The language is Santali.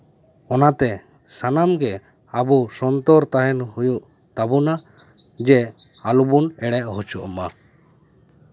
ᱚᱱᱟᱛᱮ ᱥᱟᱱᱟᱢ ᱜᱮ ᱟᱵᱚ ᱥᱚᱱᱛᱚᱨ ᱛᱟᱦᱮᱱ ᱦᱩᱭᱩᱜ ᱛᱟᱵᱳᱱᱟ ᱡᱮ ᱟᱞᱚᱵᱚᱱ ᱮᱲᱮ ᱦᱚᱪᱚᱜ ᱢᱟ